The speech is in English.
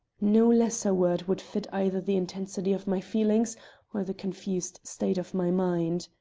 no lesser word would fit either the intensity of my feeling or the confused state of my mind.